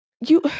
You-